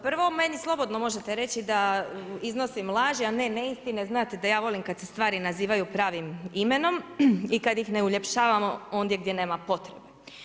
Prvo, meni slobodno možete reći da iznosim laži a ne neistine, znate da ja volim kada se stvari nazivaju pravim imenom i kada ih ne uljepšavamo ondje gdje nema potrebe.